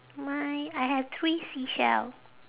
mine I have three seashell